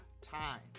time